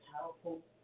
powerful